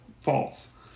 false